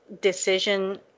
decision